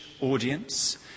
audience